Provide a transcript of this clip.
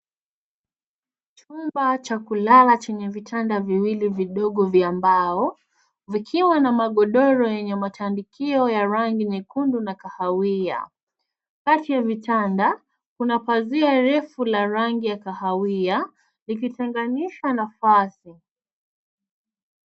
Chumba cha kulala chenye vitanda viwili vidogo vya mbao, vikiwa na magodoro yenye matandiko ya rangi nyekundu na kahawia. Kati ya vitanda kuna pazia refu la rangi ya kahawia likitenganisha nafasi.